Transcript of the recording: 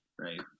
Right